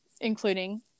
including